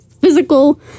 Physical